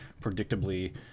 predictably